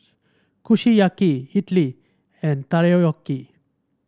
Kushiyaki Idili and Takoyaki